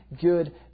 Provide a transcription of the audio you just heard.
good